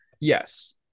yes